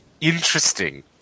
interesting